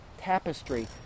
tapestry